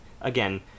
Again